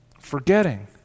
Forgetting